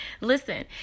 Listen